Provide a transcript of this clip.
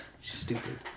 Stupid